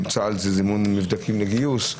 זימון מבדקים לגיוס.